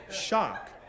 Shock